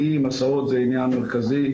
היסעים, הסעות זה עניין מרכזי.